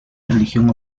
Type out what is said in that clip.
religión